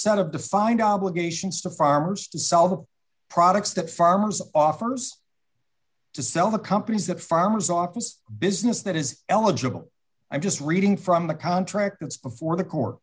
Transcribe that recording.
set of defined obligations to farmers to sell the products that farms offers to sell the companies that farmers office business that is eligible i'm just reading from the contract that's before the court